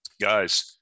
Guys